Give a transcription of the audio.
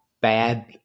bad